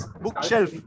bookshelf